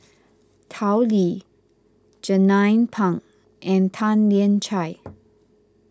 Tao Li Jernnine Pang and Tan Lian Chye